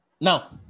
Now